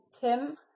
Tim